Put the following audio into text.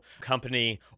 company